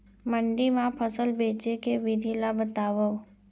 मंडी मा फसल बेचे के विधि ला बतावव?